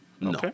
No